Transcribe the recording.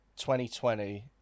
2020